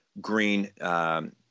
green